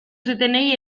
zutenei